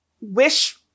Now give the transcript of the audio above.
wish